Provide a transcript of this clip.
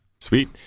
Sweet